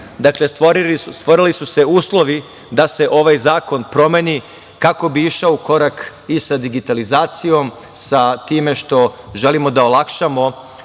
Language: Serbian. dakle stvorili su se uslovi da se ovaj zakon promeni kako bi išao u korak i za digitalizacijom, sa time što želimo da olakšamo